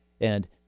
And-